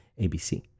ABC